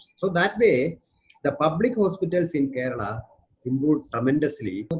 so that way the public hospitals in kerala improved tremendously. but